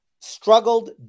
struggled